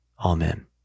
Amen